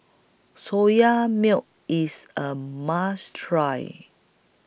Soya Milk IS A must Try